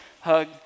hug